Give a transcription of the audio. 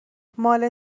مال